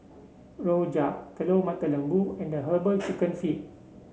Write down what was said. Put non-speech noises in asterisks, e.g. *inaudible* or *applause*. Rojak Telur Mata Lembu and herbal *noise* chicken feet